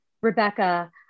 Rebecca